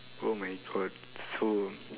oh my god so